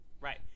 Right